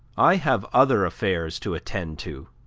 i have other affairs to attend to.